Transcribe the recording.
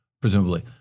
presumably